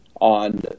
on